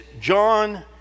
John